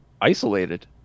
isolated